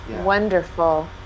Wonderful